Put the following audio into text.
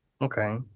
Okay